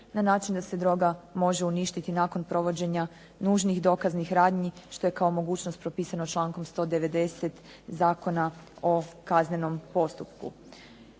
na način da se droga može uništiti nakon provođenja nužnih dokaznih radnji što je kao mogućnost propisano člankom 190. Zakona o kaznenom postupku.